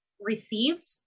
received